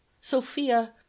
sophia